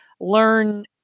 learn